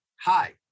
hi